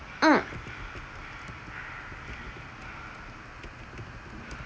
mm